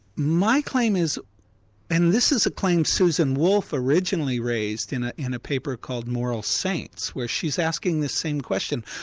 my claim is and this is a claim susan wolfe originally raised in ah in a paper called moral saints where she's asking the same question.